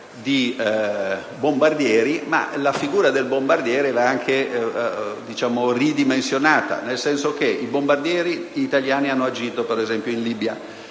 cacciabombardieri e che la figura del bombardiere va anche ridimensionata, nel senso che i bombardieri italiani hanno agito, ad esempio, in Libia.